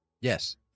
Yes